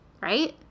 Right